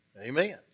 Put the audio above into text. Amen